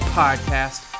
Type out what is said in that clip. podcast